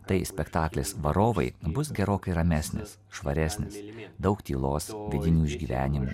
tai spektaklis varovai bus gerokai ramesnis švaresnis daug tylos vidinių išgyvenimų